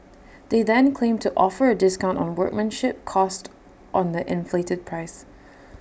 they then claim to offer A discount on workmanship cost on the inflated price